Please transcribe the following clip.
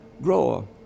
grower